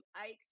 Ike's